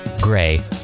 Gray